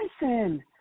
Listen